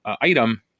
item